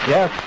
Yes